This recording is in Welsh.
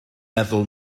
meddwl